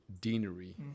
deanery